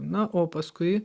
na o paskui